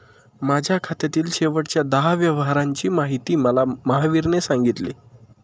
माझ्या खात्यातील शेवटच्या दहा व्यवहारांची माहिती मला महावीरने सांगितली